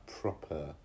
proper